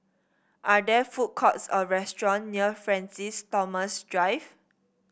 are there food courts or restaurant near Francis Thomas Drive